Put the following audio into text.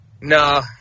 no